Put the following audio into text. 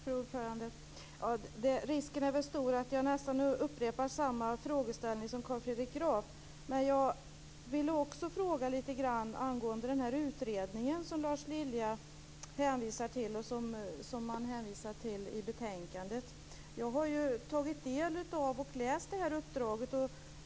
Fru talman! Risken är stor att jag upprepar Carl Fredrik Grafs frågeställning, men jag vill också fråga lite grann angående den utredning som Lars Lilja hänvisar till och som man hänvisar till i betänkandet. Jag har tagit del av och läst uppdraget.